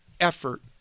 effort